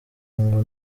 ngo